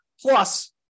Plus